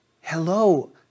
Hello